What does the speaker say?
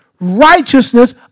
Righteousness